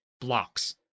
blocks